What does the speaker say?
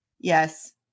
yes